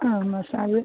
ആ മസാജ്